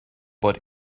but